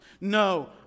No